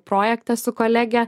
projektą su kolege